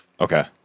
Okay